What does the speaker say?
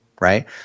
right